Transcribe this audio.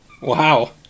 Wow